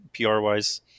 PR-wise